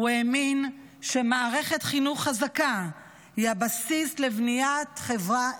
הוא האמין שמערכת חינוך חזקה היא הבסיס לבניית חברה ערכית.